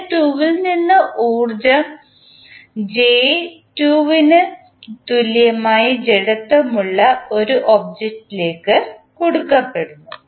gear 2 ൽ നിന്ന് ഊർജ്ജ0 ജെ 2 ന് തുല്യമായ ജഡത്വം ഉള്ള ഒബ്ജക്റ്റ് ലേക്ക്കൊടുക്കപ്പെടുന്നു